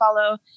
follow